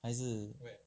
还是